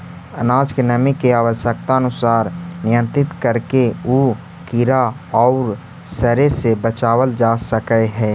अनाज के नमी के आवश्यकतानुसार नियन्त्रित करके उ कीड़ा औउर सड़े से बचावल जा सकऽ हई